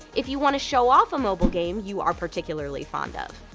if you want to show off a mobile game you are particularly fond of.